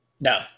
No